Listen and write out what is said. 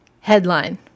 Headline